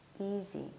easy